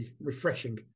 refreshing